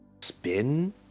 Spin